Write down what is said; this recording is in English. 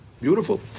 Beautiful